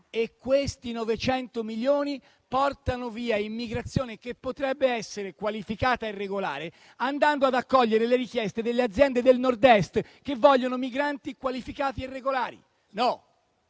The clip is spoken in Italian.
Quei 900 milioni portano via immigrazione che potrebbe essere qualificata e regolare, andando ad accogliere le richieste delle aziende del Nord-Est che vogliono migranti qualificati e regolari. No,